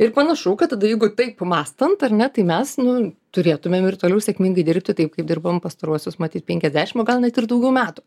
ir panašu kad tada jeigu taip mąstant ar ne tai mes nu turėtumėm ir toliau sėkmingai dirbti taip kaip dirbom pastaruosius matyt penkiasdešim o gal net ir daugiau metų